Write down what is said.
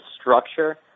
structure